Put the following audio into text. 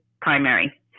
primary